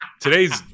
today's